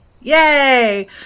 Yay